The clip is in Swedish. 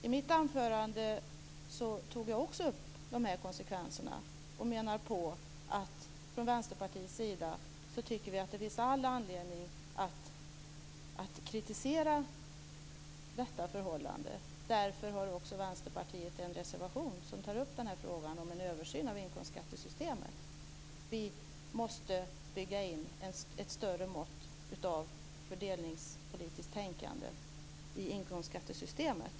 I mitt anförande tog jag också upp dessa konsekvenser. Och vi från Vänsterpartiet tycker att det finns all anledning att kritisera detta förhållande. Därför har också Vänsterpartiet en reservation där frågan om en översyn av inkomstskattesystemet tas upp. Vi måste bygga in ett större mått av fördelningspolitiskt tänkande i inkomstskattesystemet.